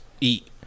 eat